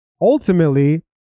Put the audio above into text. ultimately